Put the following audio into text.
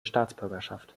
staatsbürgerschaft